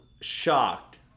shocked